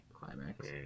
climax